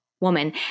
woman